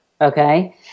okay